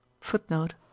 footnote